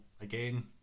again